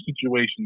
situation